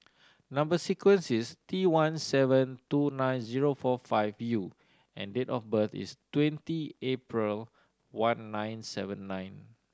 number sequence is T one seven two nine zero four five U and date of birth is twenty April one nine seven nine